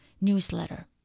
newsletter